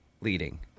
leading